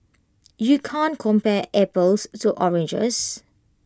you can't compare apples to oranges